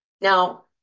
Now